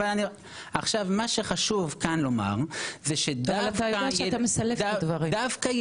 עכשיו מה שחשוב כאן לומר זה ש --- אתה יודע שאתה מסלף את הדברים.